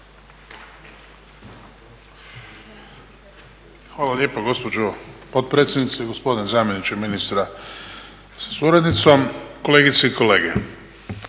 Hvala lijepa gospođo potpredsjednice. Gospodine zamjeniče ministra sa suradnicom, kolegice i kolege.